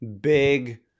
big